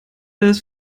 des